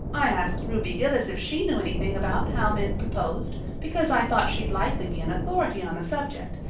i asked ruby gillis if she knew anything about how men proposed because i thought she'd likely be an authority on the subject,